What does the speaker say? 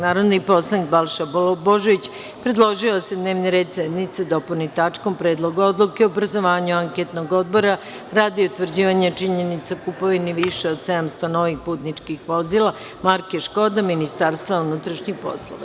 Narodni poslanik Balša Božović predložio je da se dnevni red sednice dopuni tačkom – Predlog odluke o obrazovanju Anketnog odbora radi utvrđivanja činjenica o kupovini više od 700 novih putničkih vozila marke „Škoda“ Ministarstva unutrašnjih poslova.